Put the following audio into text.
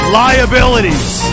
liabilities